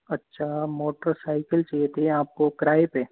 अच्छा मोटरसाइकिल चाहिए थी आपको किराए पे